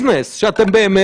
"יש לנו שב"כ".